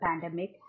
pandemic